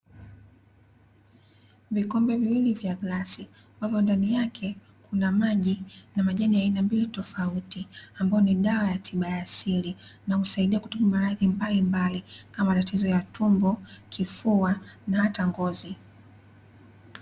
Vikombe viwili vya glasi ambavyo ndani yake kuna maji na majani ya aina mbili tofauti, ambayo ni dawa ya tiba ya asili na husaidia kutibu maradhi mbalimbali kama: matatizo ya tumbo, kifua na hata ngozi.